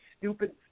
stupid